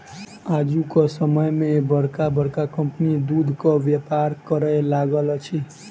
आजुक समय मे बड़का बड़का कम्पनी दूधक व्यापार करय लागल अछि